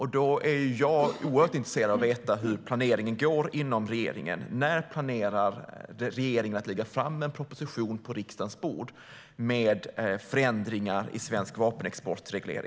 Jag är oerhört intresserad av att veta hur planeringen ser ut inom regeringen. När planerar regeringen att lägga fram en proposition på riksdagens bord med förändringar i regleringen av svensk vapenexport?